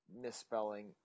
misspelling